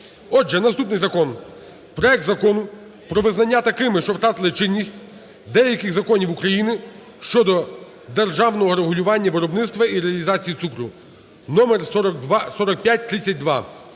Отже, наступний закон. Проект Закону про визнання такими, що втратили чинність, деяких законів України щодо державного регулювання виробництва і реалізації цукру (№4532).